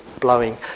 blowing